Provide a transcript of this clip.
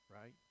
right